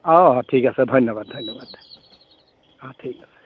অ ঠিক আছে ধন্যবাদ ধন্যবাদ অ ঠিক আছে